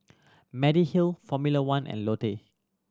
Mediheal Formula One and Lotte